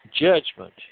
judgment